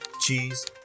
cheese